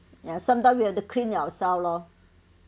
ya sometime we have to clean it ourselves lor